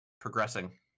progressing